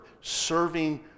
serving